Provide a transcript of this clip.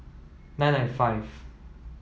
nine nine five